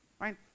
right